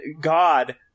God